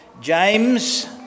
James